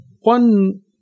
One